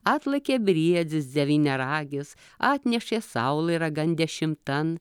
atlėkė briedis devyniaragis atnešė saulę ragan dešimtan